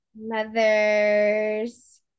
mothers